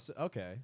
okay